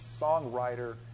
songwriter